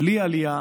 בלי עלייה